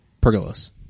pergolas